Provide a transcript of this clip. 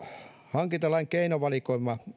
hankintalain keinovalikoima